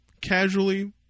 casually